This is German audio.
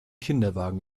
kinderwagen